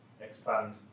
expand